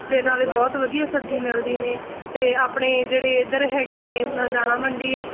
ਅਤੇ ਨਾਲ ਬਹੁਤ ਵਧੀਆ ਸਬਜ਼ੀ ਮਿਲਦੀ ਨੇ ਅਤੇ ਆਪਣੇ ਜਿਹੜੇ ਇੱਧਰ ਹੈਗੇ ਨੇ ਦਾਣਾ ਮੰਡੀ ਹੈ